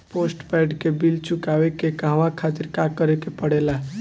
Postpaid के bill चुकावे के कहवा खातिर का करे के पड़ें ला?